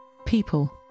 people